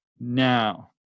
Now